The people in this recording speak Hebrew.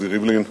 רובי ריבלין,